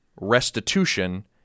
restitution